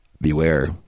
beware